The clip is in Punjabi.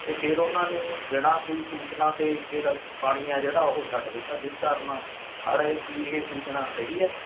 ਅਤੇ ਫਿਰ ਉਹਨਾਂ ਨੇ ਬਿਨਾ ਕੋਈ ਸੂਚਨਾ ਦੇ ਇੱਕੋ ਲਗਤ ਪਾਣੀ ਹੈ ਜਿਹੜਾ ਉਹ ਛੱਡ ਦਿੱਤਾ ਜਿਸ ਕਾਰਨ ਹੜ੍ਹ ਆਏ ਕੀ ਇਹ ਸੂਚਨਾ ਸਹੀ ਹੈ